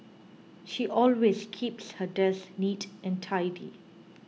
she always keeps her desk neat and tidy